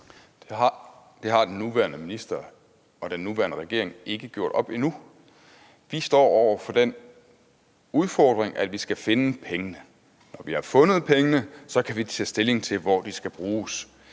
Det har den nuværende minister og den nuværende regering ikke gjort op endnu. Vi står over for den udfordring, at vi skal finde penge. Når vi har fundet pengene, kan vi tage stilling til, hvor de skal bruges.